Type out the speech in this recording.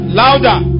louder